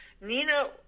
Nina